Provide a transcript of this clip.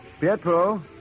Pietro